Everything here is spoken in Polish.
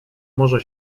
może